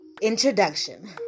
Introduction